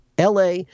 la